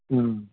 ಹ್ಞೂ